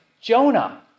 Jonah